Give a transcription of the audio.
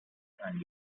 and